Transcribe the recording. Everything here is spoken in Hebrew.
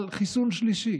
על חיסון שלישי,